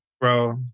bro